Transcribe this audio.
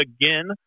again